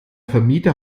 vermieter